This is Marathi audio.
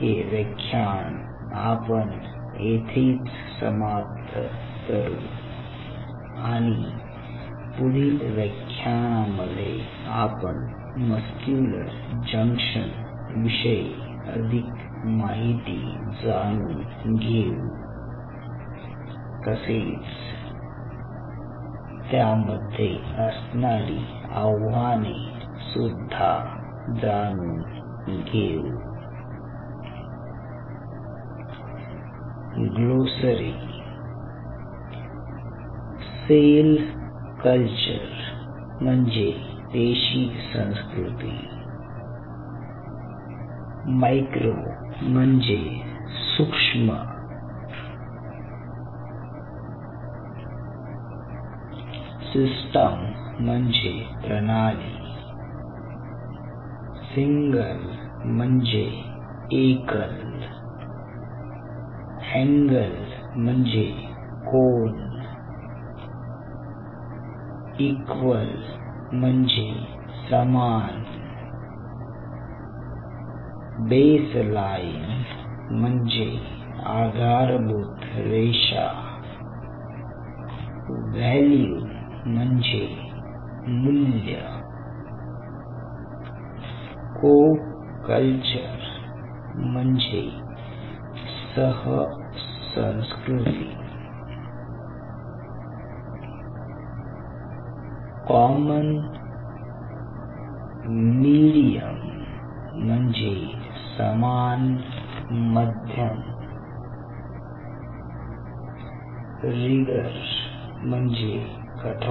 हे व्याख्यान आपण येथेच समाप्त करू आणि पुढील व्याख्यानामध्ये आपण मस्क्युलर जंक्शन विषयी अधिक माहिती जाणून घेऊ तसेच त्यामध्ये असणारी आव्हाने सुद्धा जाणून घेऊ